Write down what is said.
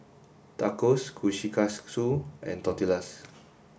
Tacos Kushikatsu and Tortillas